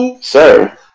Sir